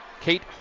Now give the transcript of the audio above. Kate